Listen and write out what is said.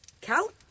Cal